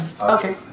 okay